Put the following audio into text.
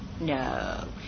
No